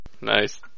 Nice